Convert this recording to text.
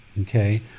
okay